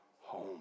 home